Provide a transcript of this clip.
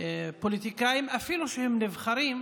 בפוליטיקאים, אפילו שהם נבחרים,